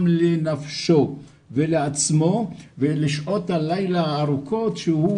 לנפשו ולעצמו ולשעות הלילה הארוכות שהוא